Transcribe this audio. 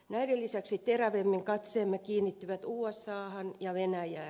näiden lisäksi terävimmin katseemme kiinnittyvät usahan ja venäjään